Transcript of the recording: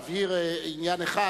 להבהיר עניין אחד: